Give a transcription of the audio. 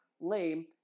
lame